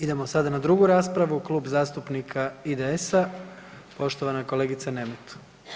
Idemo sada na drugu raspravu, Klub zastupnika IDS-a poštovana kolegica Nemet.